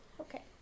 okay